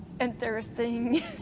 interesting